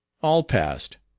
all passed.